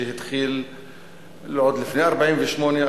שהתחיל עוד לפני 1948,